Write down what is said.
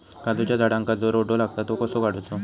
काजूच्या झाडांका जो रोटो लागता तो कसो काडुचो?